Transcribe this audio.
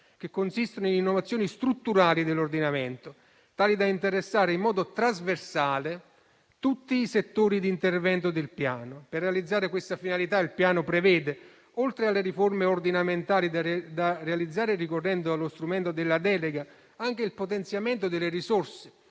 che consistono in innovazioni strutturali dell'ordinamento, tali da interessare in modo trasversale tutti i settori di intervento del Piano. Per realizzare questa finalità, oltre alle riforme ordinamentali da realizzare ricorrendo allo strumento della delega, si prevede anche il potenziamento delle risorse,